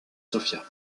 sofia